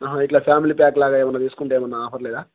హ ఇట్లా ఫ్యామిలీ ప్యాక్లా ఏమన్నా తీసుకుంటేమన్నా ఆఫర్ లేదా